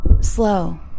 slow